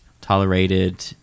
tolerated